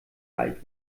alt